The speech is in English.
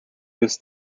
this